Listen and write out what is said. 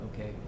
okay